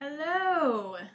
Hello